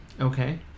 Okay